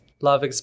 love